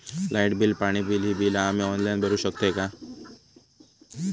Light bill, पाणी bill, ही बिला आम्ही ऑनलाइन भरू शकतय का?